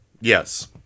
Yes